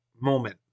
moment